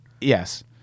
Yes